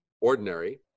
ordinary